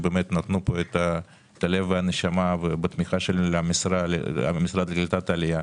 שנתנו את הלב ואת הנשמה ובעזרת תמיכה של המשרד לקליטת עלייה,